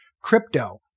crypto